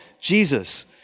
Jesus